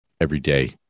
everyday